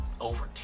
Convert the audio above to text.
over